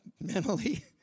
mentally